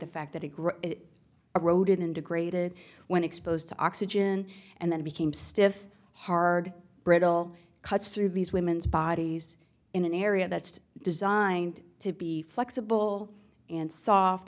the fact that it grew a road an integrated when exposed to oxygen and then became stiff hard brittle cuts through these women's bodies in an area that's designed to be flexible and soft